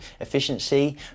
efficiency